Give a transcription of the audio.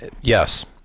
Yes